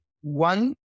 one